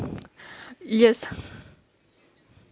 yes